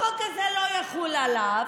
החוק הזה לא יחול עליו,